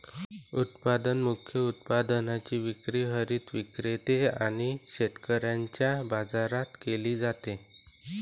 उत्पादन मुख्य उत्पादनाची विक्री हरित विक्रेते आणि शेतकऱ्यांच्या बाजारात केली जाते